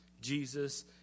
Jesus